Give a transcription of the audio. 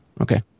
Okay